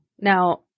Now